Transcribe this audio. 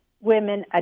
women